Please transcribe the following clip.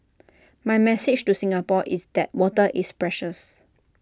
my message to Singapore is that water is precious